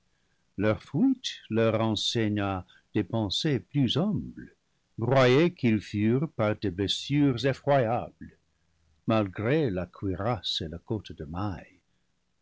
leur fuite leur enseigna des pensées plus humbles broyés qu'ils furent par des blessures effroyables malgré la cuirasse et la cotte de mailles